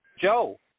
Joe